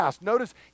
Notice